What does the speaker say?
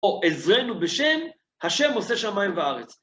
עזרנו בשם, ה' עושה שמיים וארץ.